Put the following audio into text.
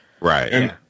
Right